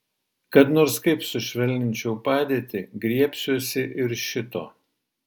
kad nors kaip sušvelninčiau padėtį griebsiuosi ir šito